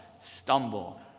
stumble